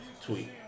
tweet